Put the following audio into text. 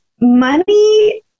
money